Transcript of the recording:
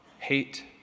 hate